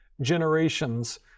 generations